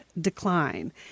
decline